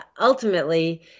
ultimately